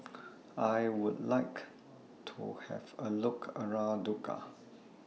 I Would like to Have A Look around Dhaka